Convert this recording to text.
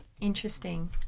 Interesting